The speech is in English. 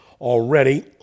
already